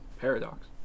Paradox